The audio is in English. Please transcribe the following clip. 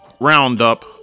roundup